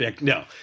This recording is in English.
No